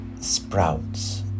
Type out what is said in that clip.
sprouts